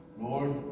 Lord